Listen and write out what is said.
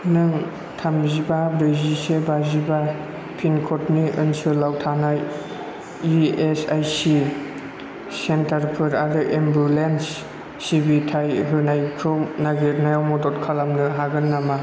नों थामजिबा ब्रैजिसे बाजिबा पिनकडनि ओनसोलाव थानाय इएसआईसि सेन्टारफोर आरो एम्बुलेन्स सिबिथाय होनायखौ नागिरनायाव मदद खालामनो हागोन नामा